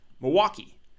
Milwaukee